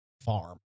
farm